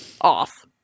off